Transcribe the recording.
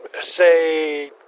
say